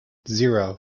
zero